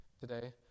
today